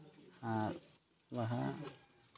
ᱟᱨ ᱵᱟᱦᱟ